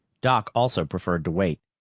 doc also preferred to wait.